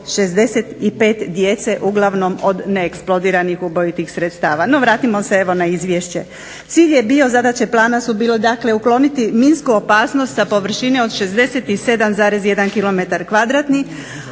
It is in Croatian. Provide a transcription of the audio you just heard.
65 djece, uglavnom od neeksplodiranih ubojitih sredstava. No vratimo se evo na izvješće. Cilj je bio, zadaće plana su bile dakle ukloniti minsku opasnost sa površine od 67,1